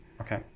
Okay